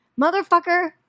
Motherfucker